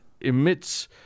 emits